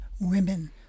women